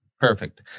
Perfect